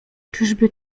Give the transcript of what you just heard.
czyżby